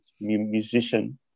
musician